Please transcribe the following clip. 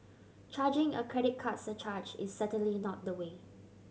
charging a credit card surcharge is certainly not the way